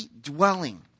dwelling